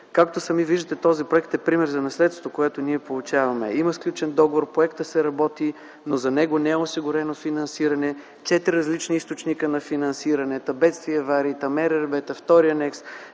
Както сами виждате, този проект е пример за наследството, което ние получаваме. Има сключен договор, проектът се работи, но за него не е осигурено финансиране. Четири различни източника на финансиране, бедствия и аварии, МРРБ, втори анекс,